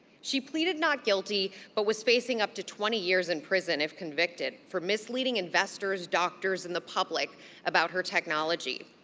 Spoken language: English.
she pleaded not guilty but was facing up to twenty years in prison if convicted for misleading investors, doctors, and the public about her technology.